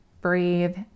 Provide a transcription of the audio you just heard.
breathe